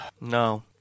No